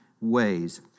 ways